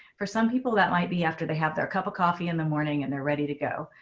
for some people that might be after they have their cup of coffee in the morning and they're ready to go.